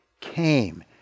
came